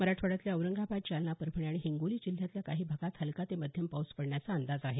मराठवाड्यातल्या औरंगाबाद जालना परभणी आणि हिंगोली जिल्ह्यांतील काही भागांत हलका ते मध्यम पाऊस पडण्याचा अंदाज आहे